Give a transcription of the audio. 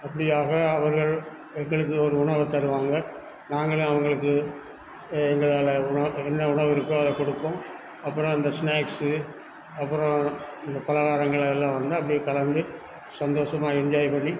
அப்படியாக அவர்கள் எங்களுக்கு ஒரு உணவை தருவாங்க நாங்களும் அவங்களுக்கு எங்களால் என்ன உணவு இருக்கோ அதை கொடுப்போம் அப்புறம் அந்த ஸ்நாக்ஸு அப்புறம் இந்த பலகாரங்கள் அதெல்லாம் வந்து அப்படியே கலந்து சந்தோஷமா என்ஜாய் பண்ணி